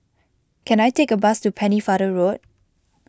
can I take a bus to Pennefather Road